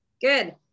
Good